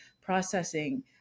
processing